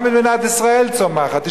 גם מדינת ישראל צומחת.